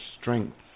strength